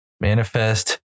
Manifest